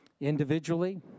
individually